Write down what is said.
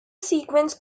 sequence